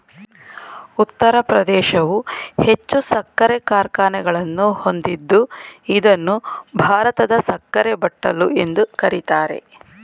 ಉತ್ತರ ಪ್ರದೇಶವು ಹೆಚ್ಚು ಸಕ್ಕರೆ ಕಾರ್ಖಾನೆಗಳನ್ನು ಹೊಂದಿದ್ದು ಇದನ್ನು ಭಾರತದ ಸಕ್ಕರೆ ಬಟ್ಟಲು ಎಂದು ಕರಿತಾರೆ